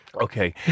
Okay